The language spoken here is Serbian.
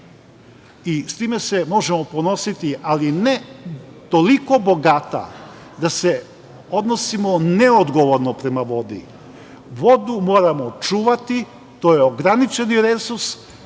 i s time se možemo ponositi, ali ne toliko bogata da se odnosimo neodgovorno prema vodi. Vodu moramo čuvati, to je ograničeni resurs.